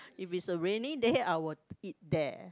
if is a rainy day I will eat there